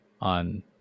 on